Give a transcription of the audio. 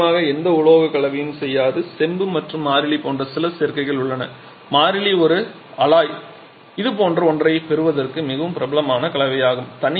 நிச்சயமாக எந்த உலோக கலவையும் செய்யாது செம்பு மற்றும் மாறிலி போன்ற சில சேர்க்கைகள் உள்ளன மாறிலி ஒரு அலாய் இது போன்ற ஒன்றைப் பெறுவதற்கு மிகவும் பிரபலமான கலவையாகும்